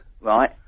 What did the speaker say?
right